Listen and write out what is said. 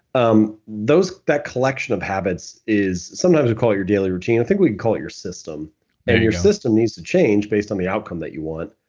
um that collection of habits is sometimes you call it your daily routine. i think we'd call it your system and your system needs to change based on the outcome that you want.